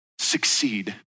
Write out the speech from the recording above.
succeed